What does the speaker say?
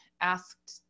asked